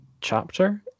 chapter